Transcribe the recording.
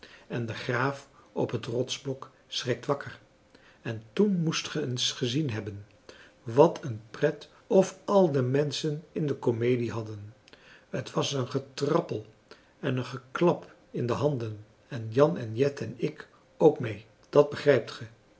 en de graaf op het rotsblok schrikt wakker en toen moest ge eens gezien hebben wat een pret of al de menschen in de komedie hadden het was een getrappel en een geklap in de handen en jan en jet en ik ook mee dat begrijpt ge